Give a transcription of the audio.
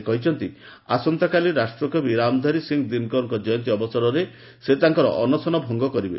ସେ କହିଛନ୍ତି ଆସନ୍ତାକାଲି ରାଷ୍ଟ୍ରକବି ରାମଧାରୀ ସିଂ ଦିନ୍କରଙ୍କ କୟନ୍ତୀ ଅବସରରେ ସେ ତାଙ୍କର ଅନଶନ ଭଙ୍ଗ କରିବେ